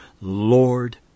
Lord